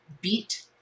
Beat